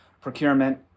procurement